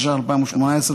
התשע"ח 2018,